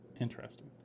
Interesting